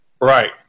Right